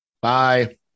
Bye